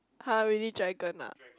[huh] really dragon ah